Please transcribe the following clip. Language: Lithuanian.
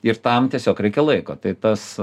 ir tam tiesiog reikia laiko tai tas